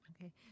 Okay